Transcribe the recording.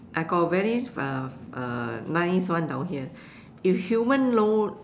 I got a very uh uh nice one down here if human no